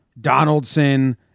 Donaldson